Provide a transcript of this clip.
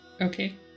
Okay